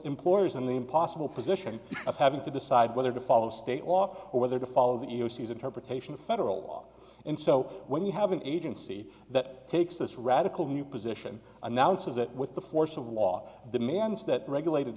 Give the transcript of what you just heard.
employers in the impossible position of having to decide whether to follow state law or whether to follow the e e o c is interpretation of federal law and so when you have an agency that takes this radical new position announces it with the force of law demands that regulated